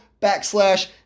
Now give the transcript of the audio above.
backslash